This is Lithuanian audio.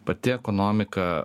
pati ekonomika